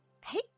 Hey